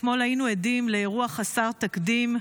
אתמול היינו עדים לאירוע חסר תקדים.